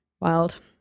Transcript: wild